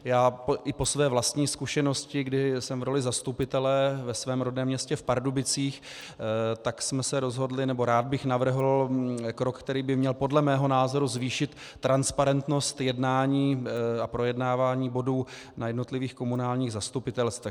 Já i po své vlastní zkušenosti, kdy jsem v roli zastupitele ve svém rodném městě v Pardubicích, tak jsme se rozhodli, nebo rád bych navrhl krok, který by měl podle mého názoru zvýšit transparentnost jednání a projednávání bodů na jednotlivých komunálních zastupitelstvech.